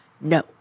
No